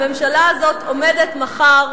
הממשלה הזאת עומדת מחר,